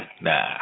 nah